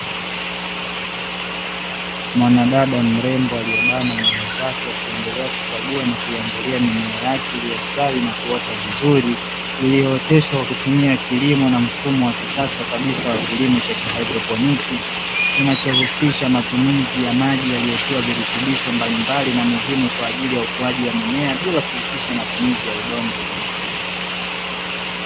Mwanadada mrembo aliyebana nywele zake akiendelea kukagua na kuiangalia mimea yake iliyositawi na kuota vizuri, iliyooteshwa kwa kutumia kilimo na mfumo wa kisasa kabisa wa kilimo cha kihaidroponi, kinachohusisha matumizi ya maji yaliyotiwa virutubisho mbalimbali na muhimu kwa ajili ya ukuaji wa mimea, bila kuhusisha matumizi ya udongo.